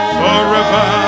forever